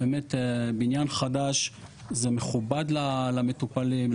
באמת בניין חדש זה מכובד למטופלים,